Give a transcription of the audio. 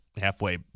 halfway